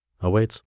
awaits